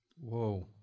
Whoa